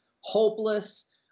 hopeless